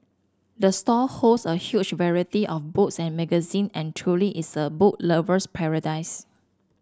the store holds a huge variety of books and magazine and truly is a book lover's paradise